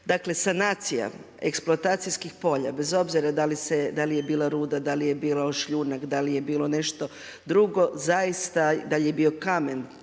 Dakle sanacija eksploatacijskih polja bez obzira da li je bila ruda, da li je bio šljunak, da li je bilo nešto drugo zaista da li je bio kamen,